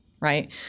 right